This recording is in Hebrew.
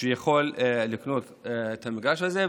שיוכל לקנות את המגרש הזה,